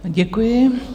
Děkuji.